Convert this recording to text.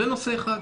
זה נושא אחד.